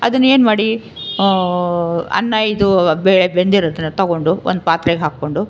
ಅದನ್ನ ಏನು ಮಾಡಿ ಅನ್ನ ಇದು ಬೇಳೆ ಬೆಂದಿರೋದನ್ನ ತಗೊಂಡು ಒಂದು ಪಾತ್ರೆಗೆ ಹಾಕ್ಕೊಂಡು